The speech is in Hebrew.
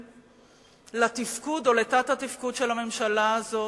לתפקוד או לתת-תפקוד של הממשלה הזאת: